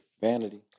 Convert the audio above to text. Vanity